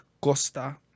Costa